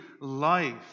life